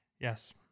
Yes